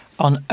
on